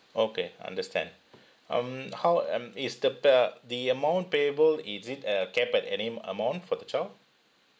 okay understand um how um is the pa~ the amount payable is it at uh capped at any amount for the child